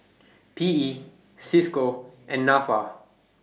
P E CISCO and Nafa